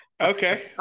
Okay